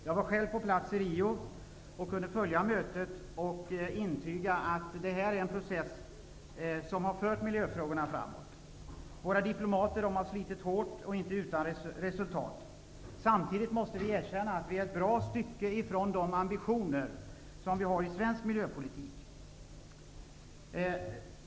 Jag var själv på plats i Rio och kan intyga att detta är en process som fört miljöfrågorna framåt. Våra diplomater har slitit hårt med frågan och inte utan resultat. Samtidigt måste vi erkänna att vi är ett bra stycke från att ha uppnått de ambitioner som vi i Sverige har för miljöpolitiken.